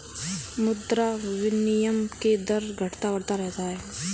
मुद्रा विनिमय के दर घटता बढ़ता रहता है